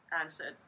answered